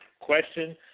question